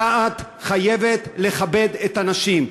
הדעת חייבת לכבד את הנשים.